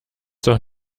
doch